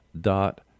dot